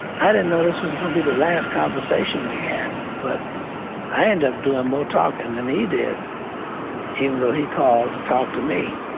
i didn't know this was gonna be the last conversation we had. but i ended up doin' more talking and than he did even though he called to talk to me.